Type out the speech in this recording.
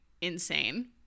insane